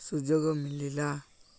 ସୁଯୋଗ ମିଳିଲା